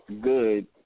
good